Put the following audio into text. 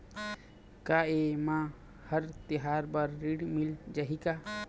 का ये मा हर तिहार बर ऋण मिल जाही का?